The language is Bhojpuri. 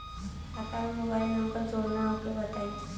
खाता में मोबाइल नंबर जोड़ना ओके बताई?